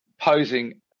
posing